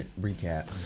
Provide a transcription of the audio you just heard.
recap